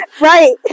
Right